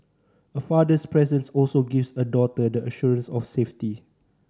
a father's presence also gives a daughter the assurance of safety